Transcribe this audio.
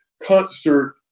concert